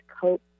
cope